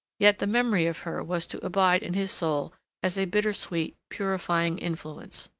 yet the memory of her was to abide in his soul as a bitter-sweet, purifying influence.